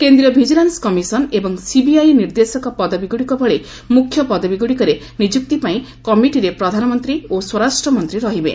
କେନ୍ଦ୍ରୀୟ vigilance commission ଏବଂ CBI ନିର୍ଦ୍ଦେଶକ ପଦବୀଗୁଡ଼ିକ ଭଳି ମୁଖ୍ୟ ପଦବୀଗୁଡ଼ିକରେ ନିଯୁକ୍ତି ପାଇଁ କମିଟିରେ ପ୍ରଧାନମନ୍ତ୍ରୀ ଓ ସ୍ୱରାଷ୍ଟ୍ର ମନ୍ତ୍ରୀ ରହିବେ